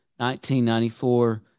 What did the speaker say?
1994